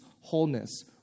wholeness